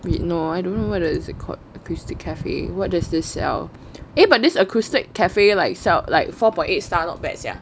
wait no I don't know whether is it called acoustic cafe what does this sell eh but this acoustics cafe like sell like four point eight star not bad sia